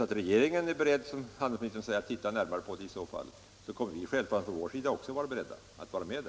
Är regeringen, såsom handelministern säger, beredd att se på dem, kommer självfallet också vi på vår sida vara beredda att vara med.